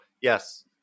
yes